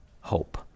hope